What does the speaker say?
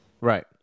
Right